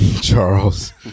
Charles